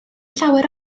llawer